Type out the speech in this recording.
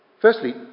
Firstly